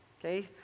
okay